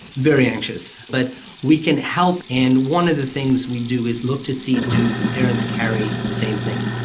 very anxious, but we can help, and one of the things we do is look to see do the parents carry the same thing.